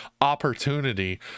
opportunity